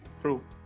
True